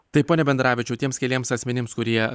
taip pone bendaravičiau tiems keliems asmenims kurie